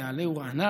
והיה עלהו רענן,